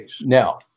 Now